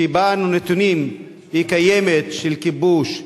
שבה אנו נתונים קיימת, של כיבוש,